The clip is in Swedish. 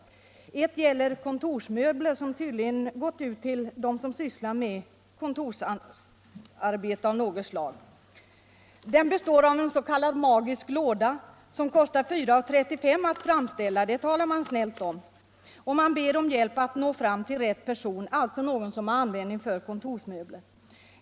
Ett sådant erbjudande gäller kontorsmöbler och har tydligen sänts till dem som sysslar med kontorsarbete av olika slag. Det reklammaterialet består av en s.k. magisk låda som kostar 4:35 att framställa — det talar man snällt om. Man ber om hjälp att nå fram till rätt person, alltså någon som har användning för kontorsmöbler.